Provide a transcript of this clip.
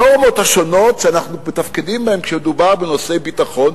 הנורמות השונות שאנחנו מתפקדים בהן כשמדובר בנושאי ביטחון,